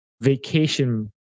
vacation